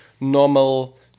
normal